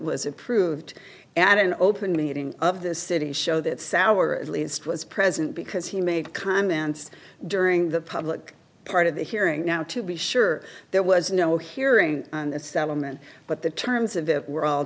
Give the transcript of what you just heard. was approved and an open meeting of the city show that sour at least was present because he made comments during the public part of the hearing now to be sure there was no hearing and settlement but the terms of it were all